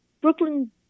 Brooklyn